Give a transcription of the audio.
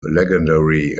legendary